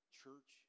church